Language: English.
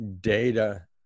data